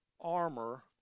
armor